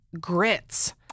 grits